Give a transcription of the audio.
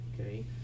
Okay